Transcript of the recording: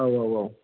औ औ औ